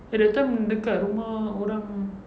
eh that time dekat rumah orang